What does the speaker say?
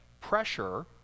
pressure